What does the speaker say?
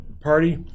party